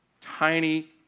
tiny